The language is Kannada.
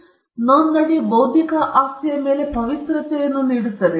ಆದ್ದರಿಂದ ನೋಂದಣಿ ಬೌದ್ಧಿಕ ಆಸ್ತಿಯ ಮೇಲೆ ಪವಿತ್ರತೆಯನ್ನು ನೀಡುತ್ತದೆ